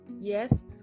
yes